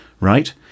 right